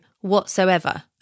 whatsoever